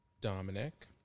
Dominic